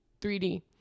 3D